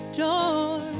door